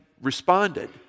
responded